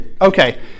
Okay